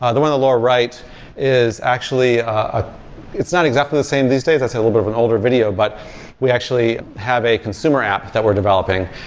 ah the one on the lower-right is actually ah it's not exactly the same these days. that's a little bit of an older video, but we actually have a consumer app that we're developing,